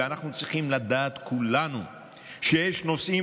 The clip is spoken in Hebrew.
אנחנו צריכים לדעת כולנו שיש נושאים